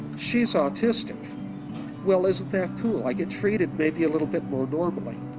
she's autistic well, isn't that cool i get treated maybe a little bit more normally